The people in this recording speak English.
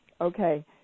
Okay